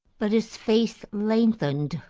but his face lengthened,